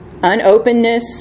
unopenness